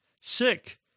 Sick